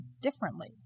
differently